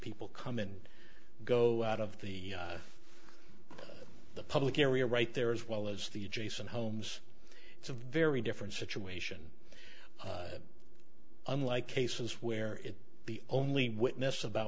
people come and go out of the the public area right there as well as the adjacent homes it's a very different situation unlike cases where the only witness about